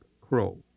crow